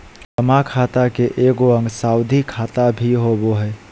जमा खाता के एगो अंग सावधि खाता भी होबो हइ